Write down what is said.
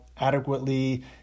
adequately